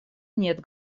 нет